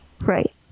Right